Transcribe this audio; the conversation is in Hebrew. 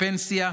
פנסיה,